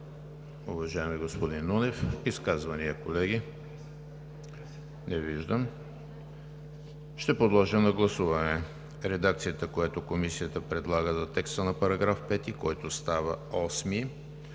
уважаеми господин Нунев. Изказвания, колеги? Не виждам. Ще подложа на гласуване редакцията, която Комисията предлага за текста на § 5, който става §